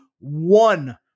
One